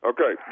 Okay